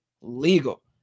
legal